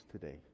today